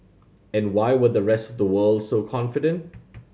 and why were the rest of the world so confident